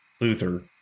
Luther